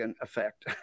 effect